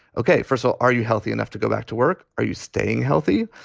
ok, for. so are you healthy enough to go back to work? are you staying healthy?